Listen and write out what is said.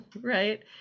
right